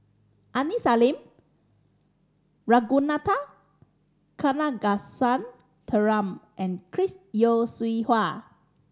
Aini Salim Ragunathar Kanagasuntheram and Chris Yeo Siew Hua